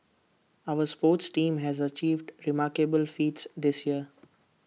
our sports teams has achieved remarkable feats this year